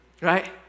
right